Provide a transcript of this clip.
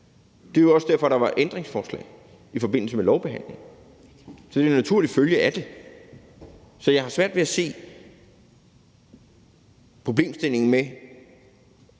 Det er jo også derfor, der var ændringsforslag i forbindelse med lovbehandlingen. Så det er en naturlig følge af det. Så jeg har svært ved at se problemstillingen i,